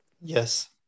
Yes